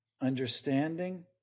understanding